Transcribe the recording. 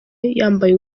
yambaye